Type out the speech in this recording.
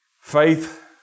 faith